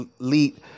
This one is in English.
Elite